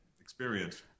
experience